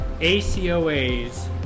ACOAs